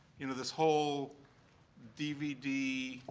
you know, this whole dvd